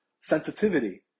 sensitivity